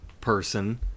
person